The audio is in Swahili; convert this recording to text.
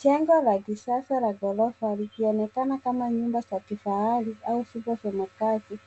Jengo la kisasa la ghorofa likionekana kama nyumba za kifahari au vyumba vya makazi.